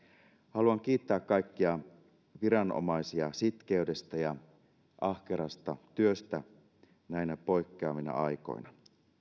haluan kiittää kaikkia viranomaisia sitkeydestä ja ahkerasta työstä näinä poikkeavina aikoina